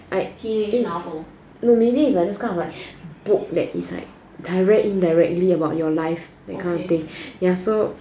like this no maybe its's like those kind like book that it's like directly indirectly about your life that kind of thing ya so